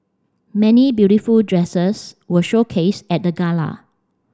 many beautiful dresses were showcased at the gala